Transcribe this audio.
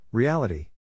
Reality